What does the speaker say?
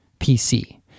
PC